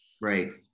Right